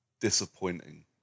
disappointing